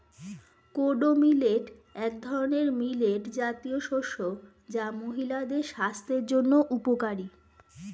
kodo millet এক ধরনের millet জাতীয় শস্য যা মহিলাদের স্বাস্থ্যের জন্য উপকারী